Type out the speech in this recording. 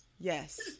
Yes